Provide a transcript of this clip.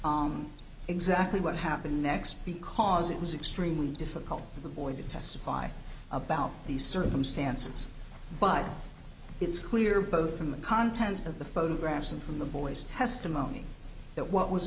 exactly what happened next because it was extremely difficult for the boy to testify about these circumstances but it's clear both from the content of the photographs and from the boy's testimony that what was